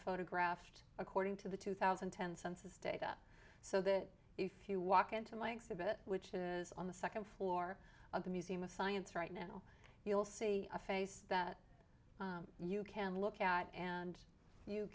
photographed according to the two thousand and ten census data so that if you walk into my exhibit which is on the second floor of the museum of science right now you'll see a face that you can look at and you